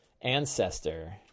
ancestor